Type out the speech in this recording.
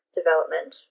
development